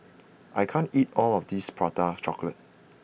I can't eat all of this Prata Chocolate